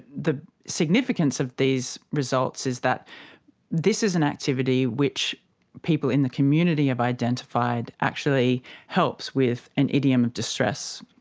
the significance of these results is that this is an activity which people in the community have identified actually helps with an idiom of distress,